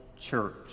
church